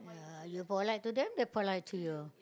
ya you polite to them they polite to you